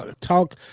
talk